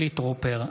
טרופר,